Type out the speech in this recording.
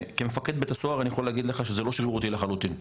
כמפקד בית סוהר אני יכול להגיד לך שזה לא שרירותי לחלוטין.